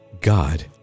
God